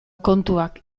kontuak